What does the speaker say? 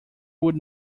would